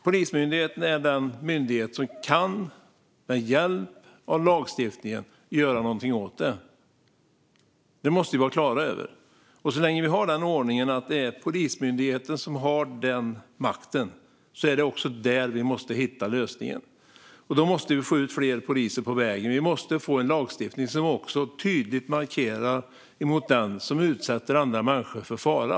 Polismyndigheten är den myndighet som med hjälp av lagstiftningen kan göra någonting åt det. Det måste vi vara på det klara med. Så länge vi har ordningen att det är Polismyndigheten som har den makten är det också där vi måste hitta lösningen. Då måste vi få ut fler poliser på vägen, och vi måste få en lagstiftning som tydligt markerar mot den som utsätter andra människor för fara.